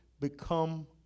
become